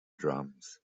drums